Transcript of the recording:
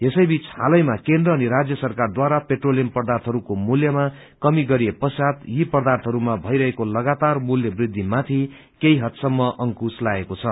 यसैबीच हालैमा केन्द्र अनि राज्य सरकारद्वारा पेट्रोलियम पर्दाथहरूको मूल्यमा कमी गरिएपश्चात यी पर्दाथहरूमा भईरहेको लगातार मूल्य वृद्धि माथि केही हदसम्म अंकूश लागेको छ